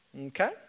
Okay